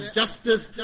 justice